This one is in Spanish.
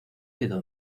quedó